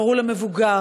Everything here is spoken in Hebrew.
קראו לו: מבוגר,